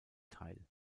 teil